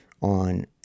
on